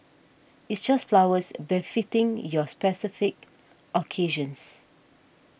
it's just flowers befitting your specific occasions